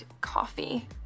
coffee